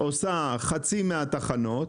עושה חצי מהתחנות,